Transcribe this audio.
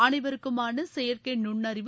அனைவருக்குமான செயற்கை நுண்ணறிவு